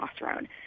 testosterone